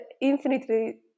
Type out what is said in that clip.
infinitely